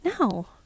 No